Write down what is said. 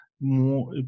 more